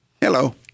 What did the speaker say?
Hello